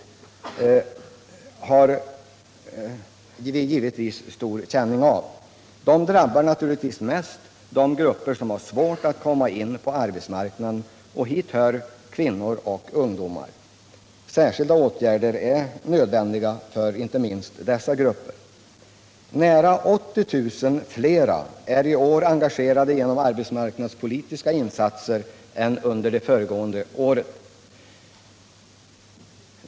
Vi har givetvis stor känning av dem. De drabbar naturligtvis mest de grupper som har svårt att komma in på arbetsmarknaden, och hit hör kvinnor och ungdomar. Särskilda åtgärder är nödvändiga för inte minst dessa grupper. Nära 80 000 fler är i år engagerade genom arbetsmarknadspolitiska insatser än under det föregående året.